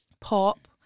pop